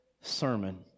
sermon